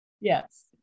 Yes